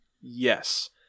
Yes